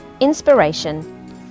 inspiration